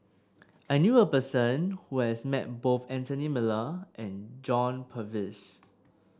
I knew a person who has met both Anthony Miller and John Purvis